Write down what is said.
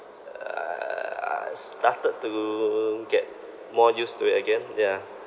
uh I started to get more used to it again yeah